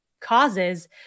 causes